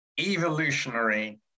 evolutionary